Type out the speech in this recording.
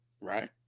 right